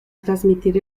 transmitir